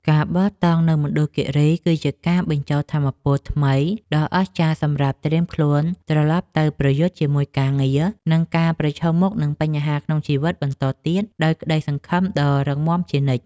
ការបោះតង់នៅមណ្ឌលគីរីគឺជាការបញ្ចូលថាមពលថ្មីដ៏អស្ចារ្យសម្រាប់ត្រៀមខ្លួនត្រឡប់ទៅប្រយុទ្ធជាមួយការងារ និង ការប្រឈមមុខនឹងបញ្ហាក្នុងជីវិតបន្តទៀតដោយក្ដីសង្ឃឹមដ៏រឹងមាំជានិច្ច។